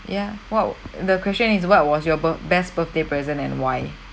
ya what the question is what was your birth best birthday present and why